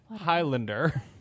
Highlander